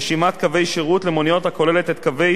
הכוללת את קווי השירות למוניות ואת מספר